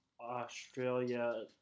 Australia